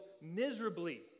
miserably